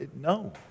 No